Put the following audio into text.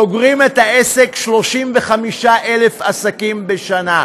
סוגרים את העסק, 35,000 עסקים בשנה.